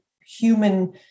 human